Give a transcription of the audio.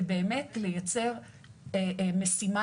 ובאמת לייצר משימה,